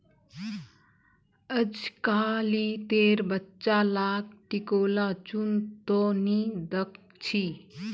अजकालितेर बच्चा लाक टिकोला चुन त नी दख छि